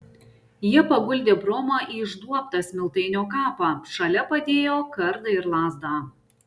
jie paguldė bromą į išduobtą smiltainio kapą šalia padėjo kardą ir lazdą